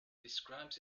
describes